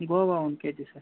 guava one K G sir